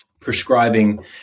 prescribing